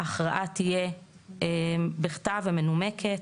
ההכרעה תהיה בכתב ומנומקת.